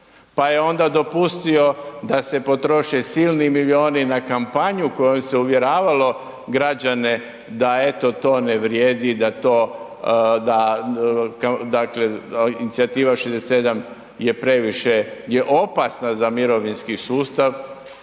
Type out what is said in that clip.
pa je onda dopustio da se potroše silni milijuni na kampanju kojom se uvjeravalo građane da eto to ne vrijedim, da inicijativa „67 je previše“ je opasna za mirovinski sustav,